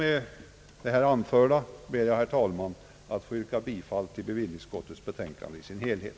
Med det anförda ber jag, herr talman, att få yrka bifall till utskottets betänkande i dess helhet.